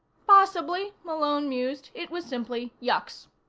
possibly, malone mused, it was simply yucks.